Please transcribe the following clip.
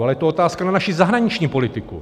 Ale je to otázka na naši zahraniční politiku.